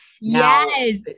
Yes